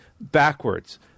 backwards